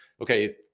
okay